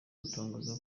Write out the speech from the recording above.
gutangaza